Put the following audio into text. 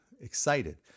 excited